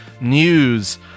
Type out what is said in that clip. news